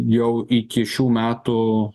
jau iki šių metų